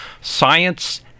science